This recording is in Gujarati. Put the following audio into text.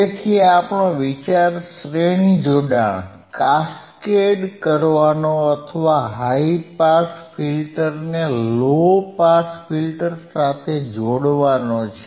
તેથી આપણો વિચાર શ્રેણી જોડાણ કરવાનો અથવા હાઇ પાસ ફિલ્ટરને લો પાસ ફિલ્ટર સાથે જોડવાનો છે